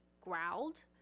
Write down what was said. growled